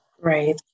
Right